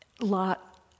Lot